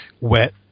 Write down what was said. wet